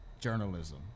journalism